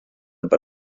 per